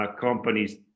companies